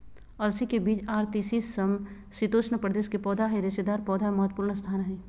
अलसी के बीज आर तीसी समशितोष्ण प्रदेश के पौधा हई रेशेदार पौधा मे महत्वपूर्ण स्थान हई